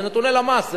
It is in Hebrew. זה נתוני למ"ס,